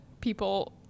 people